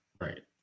right